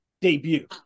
debut